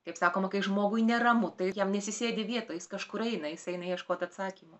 kaip sakoma kai žmogui neramu tai jam nesisėdi vietoj kažkur eina jis eina ieškot atsakymų